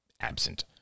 absent